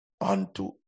unto